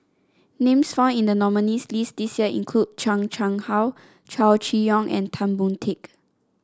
names found in the nominees' list this year include Chan Chang How Chow Chee Yong and Tan Boon Teik